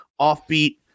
offbeat